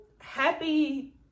happy